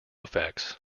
effects